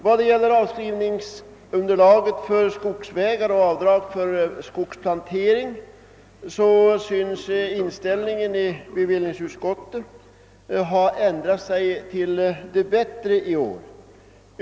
Vad gäller avskrivningsunderlag för skogsvägar och avdrag för skogsplantering synes inställningen i bevillningsutskottet ha ändrats till det bättre i år.